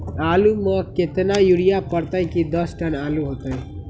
आलु म केतना यूरिया परतई की दस टन आलु होतई?